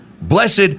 blessed